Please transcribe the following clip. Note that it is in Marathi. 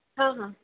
हां हां